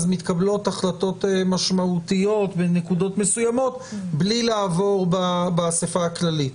אז מתקבלות החלטות משמעותיות בנקודות מסוימות בלי לעבור באספה הכללית.